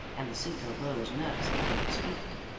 and the suitor rose nervously to his feet.